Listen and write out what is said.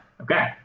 Okay